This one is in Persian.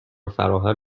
فراهم